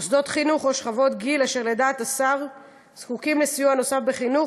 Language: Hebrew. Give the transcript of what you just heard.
מוסדות חינוך או שכבות גיל אשר לדעת השר זקוקים לסיוע נוסף בחינוך,